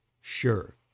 sure